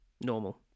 normal